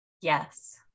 Yes